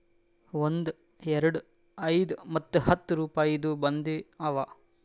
ಒಂದ್, ಎರಡು, ಐಯ್ದ ಮತ್ತ ಹತ್ತ್ ರುಪಾಯಿದು ಬಂದಿ ಅವಾ